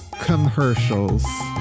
commercials